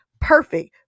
perfect